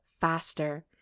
faster